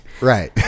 Right